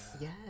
Yes